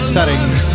Settings